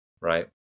right